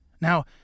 Now